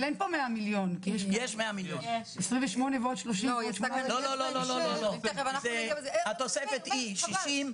לנוסח, והשאלה היא גם מה המקור התקציבי,